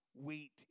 wheat